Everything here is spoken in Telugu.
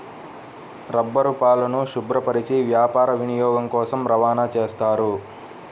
రబ్బరుపాలను శుభ్రపరచి వ్యాపార వినియోగం కోసం రవాణా చేస్తారు